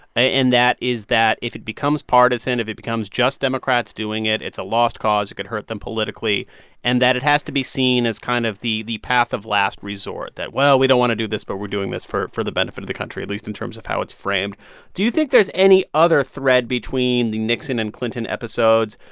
and that is that if it becomes partisan, if it becomes just democrats doing it, it's a lost cause. it could hurt them politically and that it has to be seen as kind of the the path of last resort that, well, we don't want to do this, but we're doing this for for the benefit of the country, at least in terms of how it's framed do you think there's any other thread between the nixon and clinton episodes,